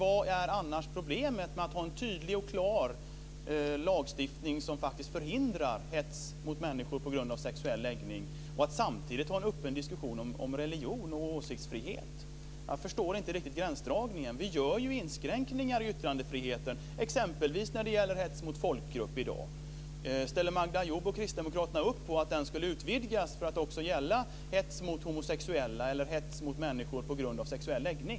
Vad är annars problemet med att ha en tydlig och klar lagstiftning, som faktiskt förhindrar hets mot människor på grund av sexuell läggning, och samtidigt ha en öppen diskussion om religions och åsiktsfrihet? Jag förstår inte riktigt gränsdragningen. Vi gör ju inskränkningar i yttrandefriheten, exempelvis när det gäller hets mot folkgrupp i dag. Ställer Magda Ayoub och Kristdemokraterna upp på att den skulle utvidgas till att också gälla hets mot homosexuella eller hets mot människor på grund av sexuell läggning?